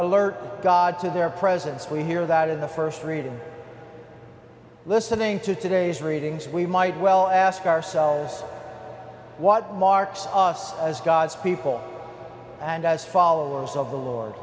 alert god to their presence we hear that in the st reading listening to today's readings we might well ask ourselves what marks us as god's people and as followers of the lord